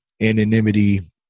anonymity